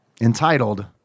entitled